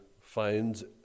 finds